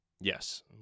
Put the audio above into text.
Yes